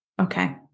Okay